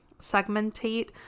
segmentate